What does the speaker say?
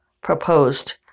proposed